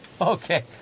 Okay